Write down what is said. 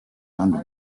under